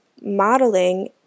modeling